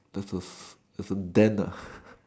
just to is a den